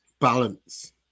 balance